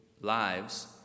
lives